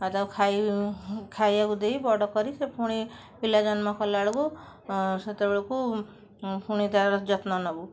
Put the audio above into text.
ଆଉ ତାକୁ ଖାଇ ଖାଇବାକୁ ଦେଇ ବଡ଼ କରି ସେ ପୁଣି ପିଲା ଜନ୍ମ କଲାବେଳକୁ ସେତେବେଳକୁ ପୁଣି ତା'ର ଯତ୍ନ ନେବୁ